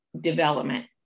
development